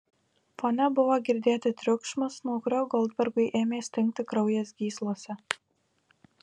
fone buvo girdėti triukšmas nuo kurio goldbergui ėmė stingti kraujas gyslose